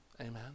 Amen